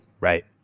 Right